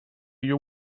you